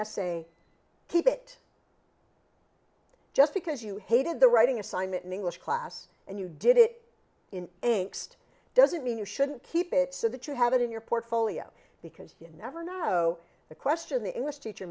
essay keep it just because you hated the writing assignment in english class and you did it in doesn't mean you shouldn't keep it so that you have it in your portfolio because you never know the question the english teacher